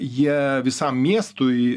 jie visam miestui